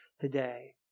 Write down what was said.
today